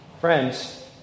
Friends